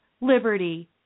liberty